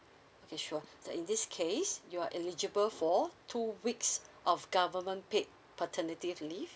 okay sure so in this case you are eligible for two weeks of government paid paternity leave